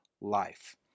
life